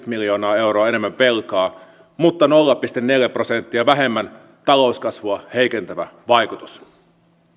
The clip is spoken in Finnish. miljoonaa euroa enemmän velkaa mutta sillä on nolla pilkku neljä prosenttia vähemmän talouskasvua heikentävä vaikutus